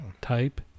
Type